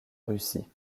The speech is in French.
russie